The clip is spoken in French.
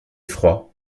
froid